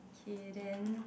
k then